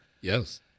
yes